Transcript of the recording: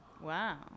Wow